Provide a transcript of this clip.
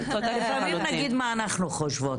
לפעמים צריך להגיד מה אנחנו חושבות.